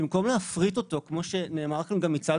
במקום להפריט אותו כמו שנאמר כאן גם מצד